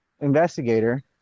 investigator